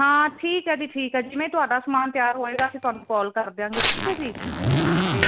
ਹਾਂ ਠੀਕ ਹੈ ਜੀ ਠੀਕ ਆ ਜੀ ਜਿਵੇਂ ਤੁਹਾਡਾ ਸਮਾਨ ਤਿਆਰ ਹੋਏਗਾ ਅਸੀਂ ਤੁਹਾਨੂੰ ਕਾਲ ਕਰ ਦਿਆਂਗੇ ਠੀਕ ਹ ਜੀ ਤੇ